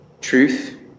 truth